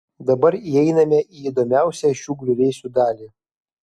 dabar įeiname į įdomiausią šių griuvėsių dalį